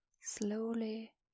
slowly